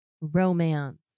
romance